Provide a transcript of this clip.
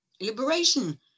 liberation